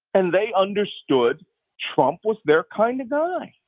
and they understood trump was their kind of guy.